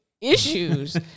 issues